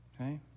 Okay